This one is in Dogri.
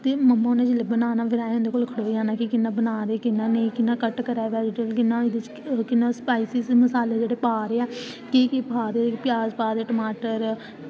ते मम्मा नै जेल्लै बनाना ते खड़ोई जाना कि कियां बना दे कियां नेईं कियां कट करा दा कियां स्पाइसी मसाले जेह्ड़े पा दे आं की की पा दे प्याज़ टमाटर